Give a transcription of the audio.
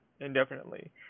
indefinitely